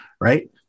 right